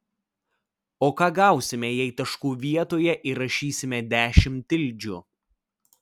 o ką gausime jei taškų vietoje įrašysime dešimt tildžių